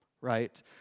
right